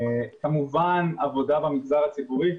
כמובן עבודה במגזר הציבורי,